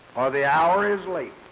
or the hour is late,